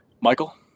Michael